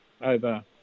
over